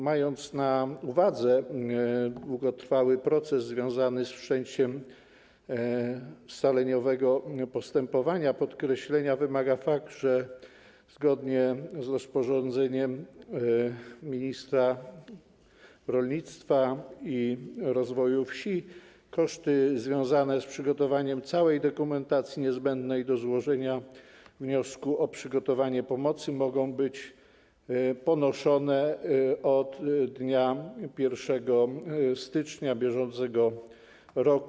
Mając na uwadze długotrwały proces związany z wszczęciem postępowania scaleniowego, podkreślenia wymaga fakt, że zgodnie z rozporządzeniem ministra rolnictwa i rozwoju wsi koszty związane z przygotowaniem całej dokumentacji niezbędnej do złożenia wniosku o przyznanie pomocy mogą być ponoszone od dnia 1 stycznia br.